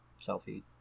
Selfie